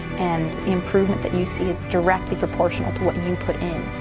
and improvement that you see is directly proportional to what and you put in.